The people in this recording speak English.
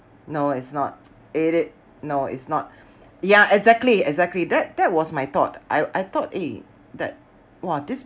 no it's not it is no it's not yeah exactly exactly that that was my thought I I thought eh that !wah! this